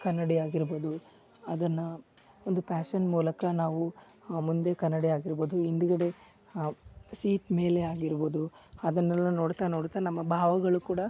ಕನ್ನಡಿಯಾಗಿರ್ಬೋದು ಅದನ್ನ ಒಂದು ಪ್ಯಾಶನ್ ಮೂಲಕ ನಾವು ಮುಂದೆ ಕನ್ನಡಿಯಾಗಿರ್ಬೋದು ಹಿಂದ್ಗಡೆ ಸೀಟ್ ಮೇಲೆ ಆಗಿರ್ಬೋದು ಅದನ್ನೆಲ್ಲಾ ನೋಡ್ತಾ ನೋಡ್ತಾ ನಮ್ಮ ಭಾವಗಳು ಕೂಡ